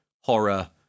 horror